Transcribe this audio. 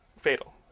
fatal